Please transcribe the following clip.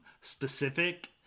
specific